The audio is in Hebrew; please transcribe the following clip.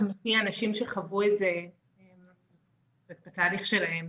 מפי אנשים שחוו את זה ואת התהליך שלהם.